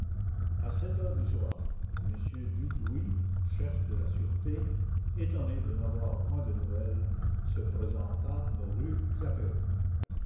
à sept heures du soir m dudouis chef de la sûreté étonné de n'avoir point de nouvelles se présenta rue